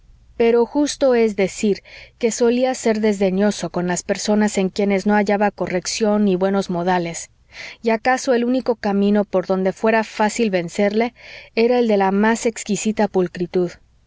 pero justo es decir que solía ser desdeñoso con las personas en quienes no hallaba corrección y buenos modales y acaso el único camino por donde fuera fácil vencerle era el de la más exquisita pulcritud